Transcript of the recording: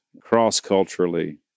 cross-culturally